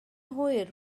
hwyr